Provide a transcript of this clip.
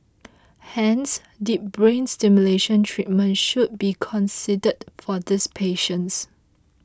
hence deep brain stimulation treatment should be considered for these patients